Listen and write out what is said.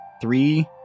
three